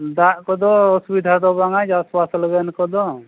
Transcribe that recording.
ᱫᱟᱜ ᱠᱚᱫᱚ ᱚᱥᱩᱵᱤᱫᱷᱟ ᱫᱚ ᱵᱟᱝᱟ ᱪᱟᱥ ᱵᱟᱥ ᱞᱟᱹᱜᱤᱫ ᱛᱮᱫᱚ